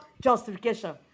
justification